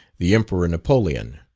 the emperor napoleon.